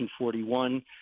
1941